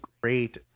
great